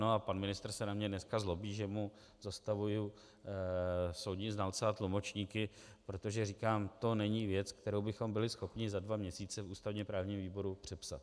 A pan ministr se na mě dneska zlobí, že mu zastavuji soudní znalce a tlumočníky, protože říkám, to není věc, kterou bychom byli schopni za dva měsíce v ústavněprávním výboru přepsat.